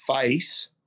face